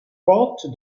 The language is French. porte